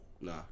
Nah